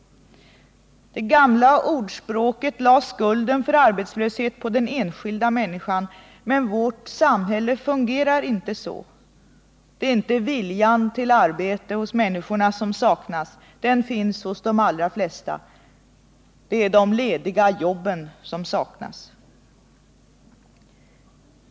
Det gamla ordspråket lade skulden för arbetslöshet på den enskilda människan. Men vårt samhälle fungerar inte så. Det är inte viljan till arbete som saknas — den finns hos de allra flesta. Det är de lediga jobben som saknas.